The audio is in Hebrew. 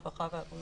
הרווחה והבריאות.